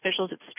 officials